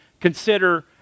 consider